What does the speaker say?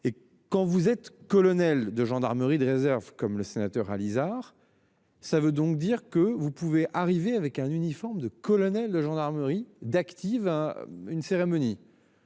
Et quand vous êtes colonel de gendarmerie de réserves comme le sénateur Alizart. Ça veut donc dire que vous pouvez arriver avec un uniforme de colonel de gendarmerie d'active. Une cérémonie.